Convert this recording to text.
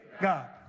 God